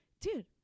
Dude